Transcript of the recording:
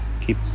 keep